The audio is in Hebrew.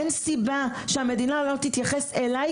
אין סיבה שהמדינה לא תתייחס אליי,